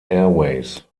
airways